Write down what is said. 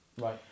Right